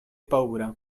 paura